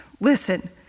Listen